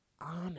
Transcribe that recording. honor